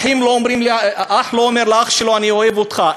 אח לא אומר לאח שלו: אני אוהב אותך.